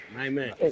amen